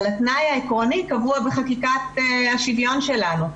אבל התנאי העקרוני קבוע בחקיקת השוויון שלנו,